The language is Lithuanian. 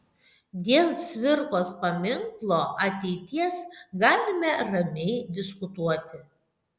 dėl cvirkos paminklo ateities galime ramiai diskutuoti